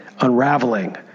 unraveling